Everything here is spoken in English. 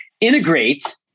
integrate